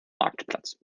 marktplatz